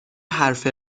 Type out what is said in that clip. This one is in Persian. حرف